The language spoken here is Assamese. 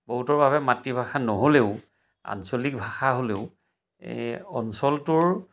বহুতৰ বাবে মাতৃভাষা নহ'লেও আঞ্চলিক ভাষা হ'লেও এ অঞ্চলটোৰ